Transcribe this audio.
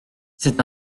c’est